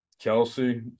Kelsey